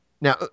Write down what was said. Now